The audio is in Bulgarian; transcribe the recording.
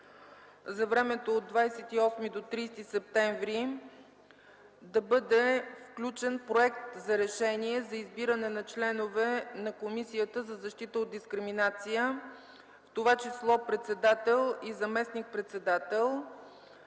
за времето от 28 до 30 септември, да бъде включен Проект за решение за избиране на членове на Комисията за защита от дискриминация, в това число председател и заместник-председател,